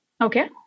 Okay